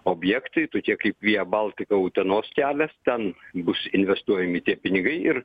objektai tokie kaip via baltica utenos kelias ten bus investuojami tie pinigai ir